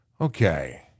Okay